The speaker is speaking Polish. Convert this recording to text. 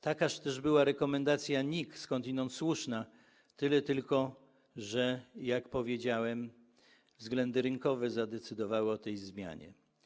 Taka też była rekomendacja NIK, skądinąd słuszna, tyle tylko, że - jak powiedziałem - to względy rynkowe zadecydowały o tej zmianie.